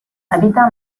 habita